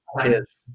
Cheers